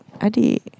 Adi